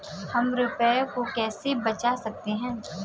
हम रुपये को कैसे बचा सकते हैं?